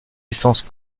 essences